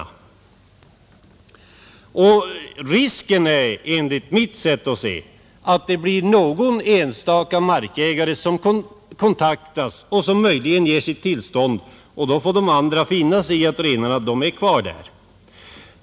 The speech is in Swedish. Risken är enligt mitt sätt att se att det blir någon enstaka markägare som kontaktas och som möjligen ger sitt tillstånd, och då får de andra finna sig i att renarna är kvar där.